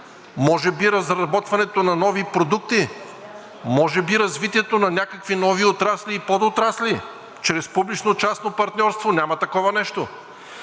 може би разработването на нови продукти?! Може би развитието на някакви нови отрасли и подотрасли чрез публично-частно партньорство, но няма такова нещо!